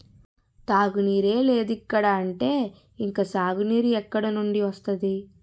తాగునీరే లేదిక్కడ అంటే ఇంక సాగునీరు ఎక్కడినుండి వస్తది?